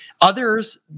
others